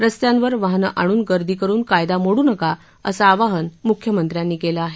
रस्त्यांवर वाहने आणून गर्दी करून कायदा मोडू नका असं आवाहन मुख्यमंत्र्यानी केलं आहे